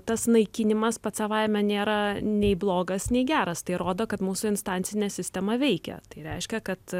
tas naikinimas pats savaime nėra nei blogas nei geras tai rodo kad mūsų instancinė sistema veikia tai reiškia kad